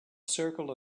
circle